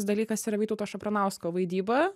dalykas yra vytauto šapranausko vaidyba